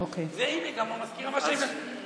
אין לה כאן ויכוח, אבל,